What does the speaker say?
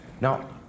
Now